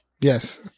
Yes